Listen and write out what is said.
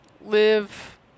live